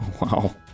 Wow